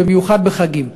במיוחד בחגים.